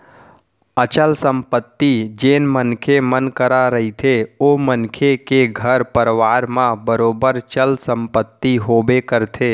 अचल संपत्ति जेन मनखे मन करा रहिथे ओ मनखे के घर परवार म बरोबर चल संपत्ति होबे करथे